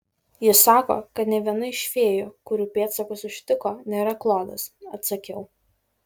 ji sako kad nė viena iš fėjų kurių pėdsakus užtiko nėra klodas atsakiau